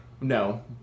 No